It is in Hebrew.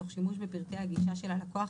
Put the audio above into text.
תוך שימוש בפרטי הגישה של הלקוח